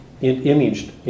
imaged